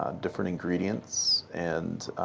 ah different ingredients, and